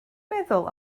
meddwl